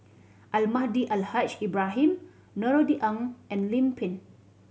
Almahdi Al Haj Ibrahim Norothy Ng and Lim Pin